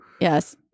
Yes